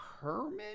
Herman